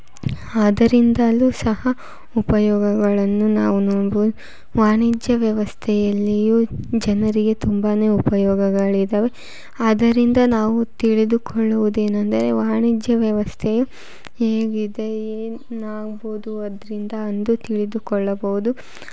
ಆದ್ದರಿಂದಲೂ ಸಹ ಉಪಯೋಗಗಳನ್ನು ನಾವು ನೋಡ್ಬೋದು ವಾಣಿಜ್ಯ ವ್ಯವಸ್ಥೆಯಲ್ಲಿಯೂ ಜನರಿಗೆ ತುಂಬನೇ ಉಪಯೋಗಗಳಿದ್ದಾವೆ ಆದ್ದರಿಂದ ನಾವು ತಿಳಿದುಕೊಳ್ಳುವುದು ಏನೆಂದರೆ ವಾಣಿಜ್ಯ ವ್ಯವಸ್ಥೆಯು ಹೇಗಿದೆ ಏನಾಗ್ಬೋದು ಅದರಿಂದ ಅಂದು ತಿಳಿದುಕೊಳ್ಳಬಹುದು